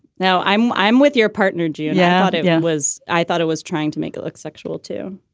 now, i'm i'm with your partner, julia. yeah but it was i thought it was trying to make it look sexual, too.